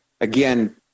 again